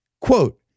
Quote